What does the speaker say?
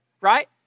right